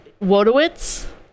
Wodowitz